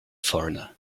foreigner